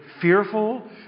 fearful